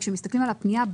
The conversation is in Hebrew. כשמסתכלים על הפנייה,